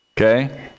Okay